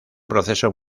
proceso